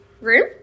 room